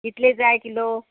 कितले जाय किलो